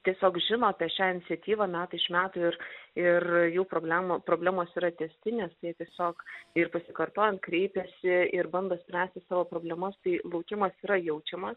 tiesiog žino apie šią iniciatyvą metai iš metų ir ir jų problemų problemos yra tęstinės tai jie tiesiog ir pasikartojant kreipiasi ir bando spręsti savo problemas tai laukimas yra jaučiamas